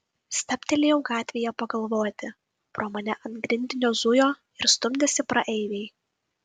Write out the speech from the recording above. stabtelėjau gatvėje pagalvoti pro mane ant grindinio zujo ir stumdėsi praeiviai